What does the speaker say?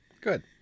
Good